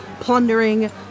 plundering